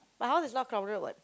my house is not crowded [what]